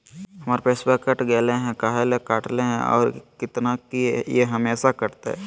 हमर पैसा कट गेलै हैं, काहे ले काटले है और कितना, की ई हमेसा कटतय?